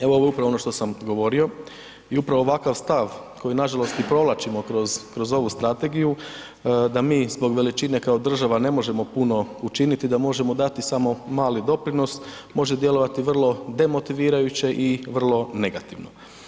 Evo, ovo je upravo ono što sam govorio i upravo ovakav stav koji nažalost i provlačimo kroz ovu strategiju da mi zbog veličine kao država ne možemo puno učiniti, da možemo dati samo mali doprinos može djelovati vrlo demotivirajuće i vrlo negativno.